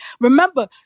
remember